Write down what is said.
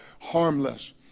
harmless